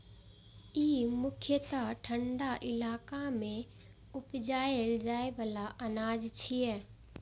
ई मुख्यतः ठंढा इलाका मे उपजाएल जाइ बला अनाज छियै